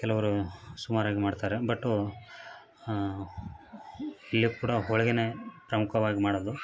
ಕೆಲವ್ರು ಸುಮಾರಾಗಿ ಮಾಡ್ತಾರೆ ಬಟು ಇಲ್ಲಿ ಕೂಡ ಹೋಳಿಗೇನೇ ಪ್ರಮುಖವಾಗಿ ಮಾಡೋದು